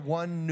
one